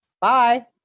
Bye